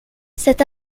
cet